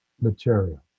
material